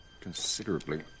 Considerably